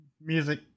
music